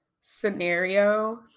scenario